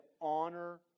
honor